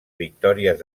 victòries